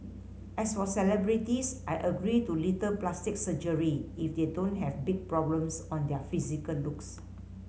as for celebrities I agree to little plastic surgery if they don't have big problems on their physical looks